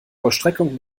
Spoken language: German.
vollstreckung